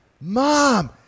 Mom